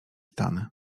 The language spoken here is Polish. stany